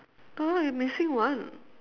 no we missing one